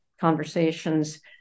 conversations